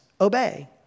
obey